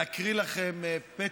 להקריא לכם פתק,